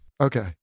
Okay